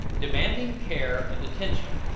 demanding care and attention.